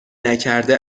نکرده